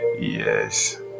Yes